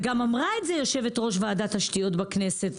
וגם אמרה את זה יושבת-ראש ועדת תשתיות בכנסת,